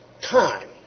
time